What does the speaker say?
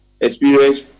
experience